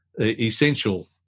essential